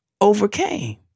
overcame